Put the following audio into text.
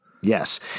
Yes